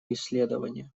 исследования